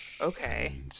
okay